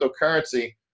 Cryptocurrency